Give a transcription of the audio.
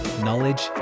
knowledge